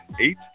Eight